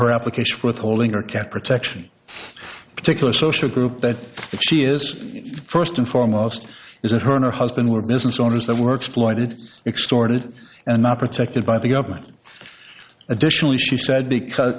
her application withholding or cat protection particular social group that she is first and foremost is that her husband were business owners that were exploited extorted and not protected by the government additionally she said because